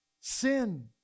Sin